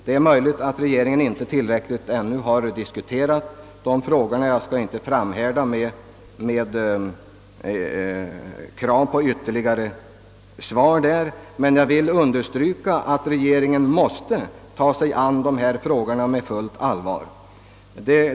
Det är möjligt att regeringen inte ännu tillräckligt har diskuterat dessa frågor och jag skall därför inte framhärda med krav på ytterligare svar på den punkten. Men jag vill understryka att regeringen måste ta sig an de här spörsmålen på fullt allvar.